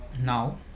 now